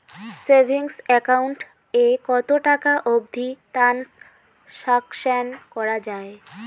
Savings account এ কতো টাকা অবধি ট্রানসাকশান করা য়ায়?